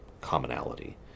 commonality